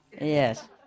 yes